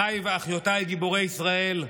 אחיי ואחיותיי גיבורי ישראל,